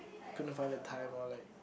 couldn't find the time or like